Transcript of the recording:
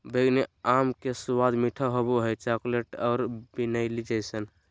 बैंगनी आम के स्वाद मीठा होबो हइ, चॉकलेट और वैनिला जइसन